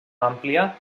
àmplia